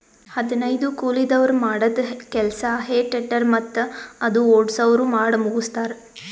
ಹದನೈದು ಕೂಲಿದವ್ರ್ ಮಾಡದ್ದ್ ಕೆಲ್ಸಾ ಹೆ ಟೆಡ್ಡರ್ ಮತ್ತ್ ಅದು ಓಡ್ಸವ್ರು ಮಾಡಮುಗಸ್ತಾರ್